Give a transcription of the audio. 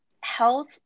health